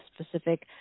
specific